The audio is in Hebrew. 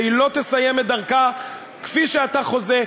והיא לא תסיים את דרכה כפי שאתה חוזה.